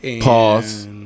Pause